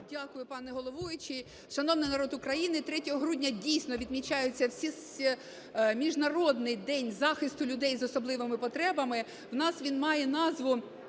Дякую, пане головуючий. Шановний народ України, 3 грудня, дійсно, відмічається Міжнародний день захисту людей з особливими потребами. В нас він має назву